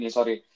Sorry